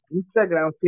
Instagram